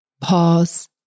pause